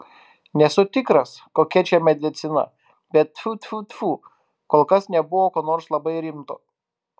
nesu tikras kokia čia medicina bet tfu tfu tfu kol kas nebuvo ko nors labai rimto